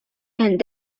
and